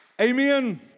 amen